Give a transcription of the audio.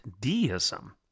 deism